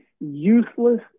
useless